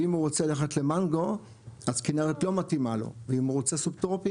ואם הוא רוצה ללכת למנגו אז כנרת לא מתאימה לו ואם הוא רוצה סוג טרופי,